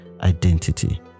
identity